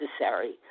necessary